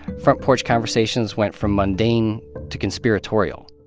front porch conversations went from mundane to conspiratorial.